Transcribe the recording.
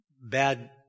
bad